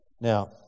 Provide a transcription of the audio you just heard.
Now